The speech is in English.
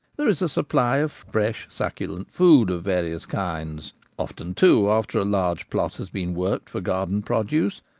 there is a supply of fresh, succulent, food of various kinds often too, after large plot has been worked for garden produce,